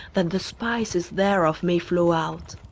that the spices thereof may flow out.